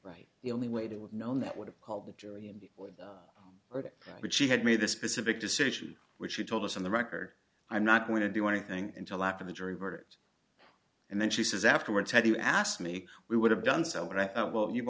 right the only way to know that would have called the jury or it would she had made the specific decision which she told us on the record i'm not going to do anything until after the jury verdict and then she says afterwards had you asked me we would have done so but i thought well you've